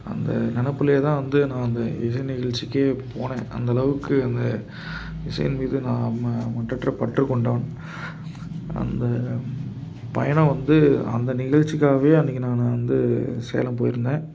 அந்த நெனைப்புலே தான் வந்து நான் அந்த இசை நிகழ்ச்சிக்கே போனேன் அந்தளவுக்கு அந்த இசையின் மீது நான் ம மட்டற்ற பற்று கொண்டவன் அந்த பயணம் வந்து அந்த நிகழ்ச்சிக்காகவே அன்னைக்கி நான் வந்து சேலம் போயிருந்தேன்